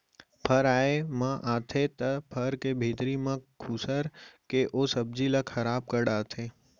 फर आए म आथे त फर के भीतरी म खुसर के ओ सब्जी ल खराब कर डारथे